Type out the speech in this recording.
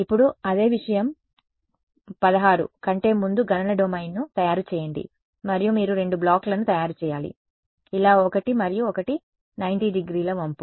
ఇప్పుడు అదే విషయం 16 కంటే ముందు గణన డొమైన్ను తయారు చేయండి మరియు మీరు రెండు బ్లాక్లను తయారు చేయాలి ఇలా ఒకటి మరియు ఒకటి 90 డిగ్రీల వంపు